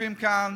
יושבים כאן